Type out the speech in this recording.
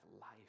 life